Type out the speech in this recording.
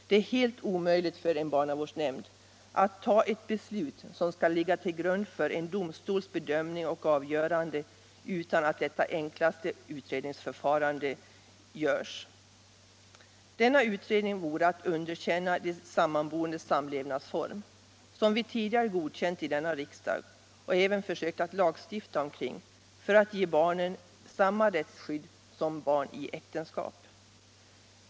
Det är helt omöjligt för en barnavårdsnämnd att ta ett beslut som skall ligga till grund för domstols bedömning och avgörande utan detta grundläggande utredningsförfarande. Denna utredning vore att underkänna de sammanboendes samlevnadsform som vi tidigare godkänt i denna riksdag och även försökt att lagstifta omkring för att ge barnen samma rättsskydd som barn i äktenskap.